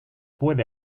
puede